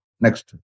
Next